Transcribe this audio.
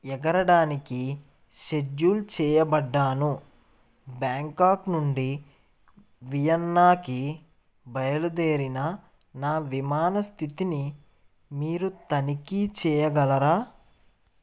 ఎగరడానికి schedule చెయ్యబడ్డాను Bangkok నుండి వియన్నాకి బయలుదేరిన నా విమాన స్థితిని మీరు తనిఖీ చెయ్యగలరా